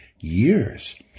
years